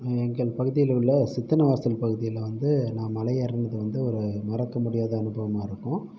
எங்கள் பகுதியில் உள்ள சித்தன்ன வாசல் பகுதியில் வந்து நான் மலை ஏறினது வந்து ஒரு மறக்கமுடியாத அனுபவமாக இருக்கும்